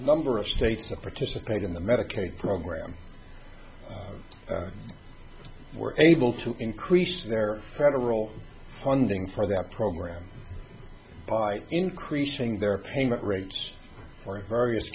number of states that participate in the medicaid program were able to increase their credible funding for their program by increasing their payment rates for various